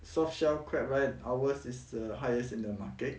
soft shell crab right ours is the highest in the market